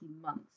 months